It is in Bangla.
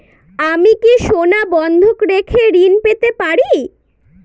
আমি কি সোনা বন্ধক রেখে ঋণ পেতে পারি?